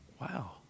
Wow